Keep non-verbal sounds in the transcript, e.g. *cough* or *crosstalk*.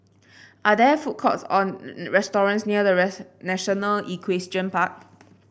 are there food courts or restaurants near The *unintelligible* National Equestrian Park